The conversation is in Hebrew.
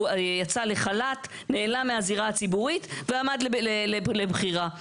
הוא יצא לחל"ת, נעלם מהזירה הציבורית ועמד לבחירה.